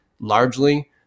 largely